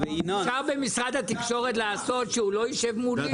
אפשר שהוא לא ישב מולי?